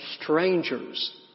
strangers